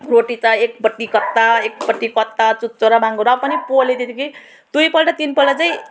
रोटी त एकपट्टि कता एकपट्टि कता चुचो र बाङ्गो र पनि पोले त्यत्तिकै दुईपल्ट तिनपल्ट चाहिँ